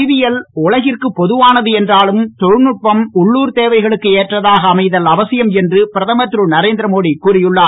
அறிவியல் உலகிற்கு பொதுவானது என்றாலும் தொழில்நுட்பம் உள்ளூர் தேவைகளுக்கு ஏற்றதாக அமைதல் அவசியம் என்று பிரதமர் திரு நரேந்திர மோடி கூறியுள்ளார்